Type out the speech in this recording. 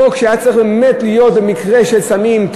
חוק שצריך להיות במקרה של סמים,